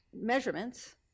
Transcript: measurements